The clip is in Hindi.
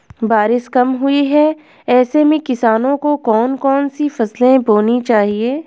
बारिश कम हुई है ऐसे में किसानों को कौन कौन सी फसलें बोनी चाहिए?